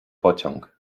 pociąg